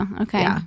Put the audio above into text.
Okay